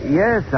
yes